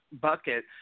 bucket